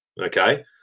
Okay